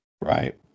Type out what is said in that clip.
Right